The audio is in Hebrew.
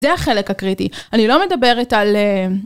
זה החלק הקריטי, אני לא מדברת על.